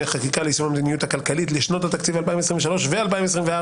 חקיקה ליישום המדיניות הכלכלית לשנות התקציב 2023 ו-2024),